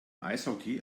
eishockey